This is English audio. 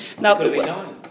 Now